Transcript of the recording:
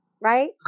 right